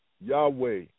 Yahweh